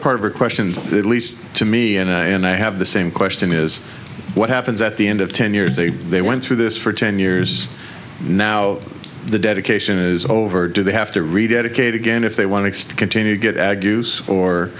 part of the questions at least to me and i and i have the same question is what happens at the end of ten years they they went through this for ten years now the dedication is over do they have to rededicate again if they want to continue to get